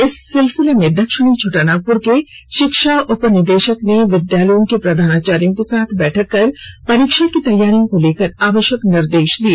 इस सिलसिले में दक्षिणी छोटानागपुर के शिक्षा उपनिदेशक ने विद्यालयों के प्रधानाचार्यों के साथ बैठक कर परीक्षा की तैयारियों को लेकर आवश्यक निर्देश दिए